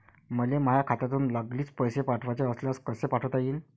मले माह्या खात्यातून लागलीच पैसे पाठवाचे असल्यास कसे पाठोता यीन?